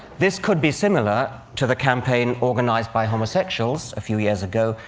this could be similar to the campaign organized by homosexuals a few years ago,